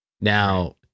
Now